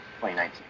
2019